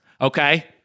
Okay